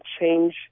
change